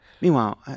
Meanwhile